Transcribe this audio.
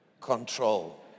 control